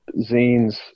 zines